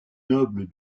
noble